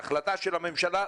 החלטה של הממשלה,